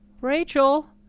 Rachel